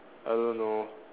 I don't know